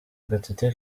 gatete